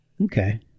Okay